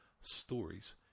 stories